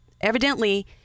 evidently